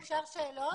אפשר שאלות?